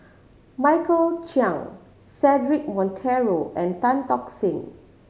Michael Chiang Cedric Monteiro and Tan Tock Seng